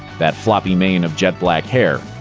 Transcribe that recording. that floppy mane of jet-black hair.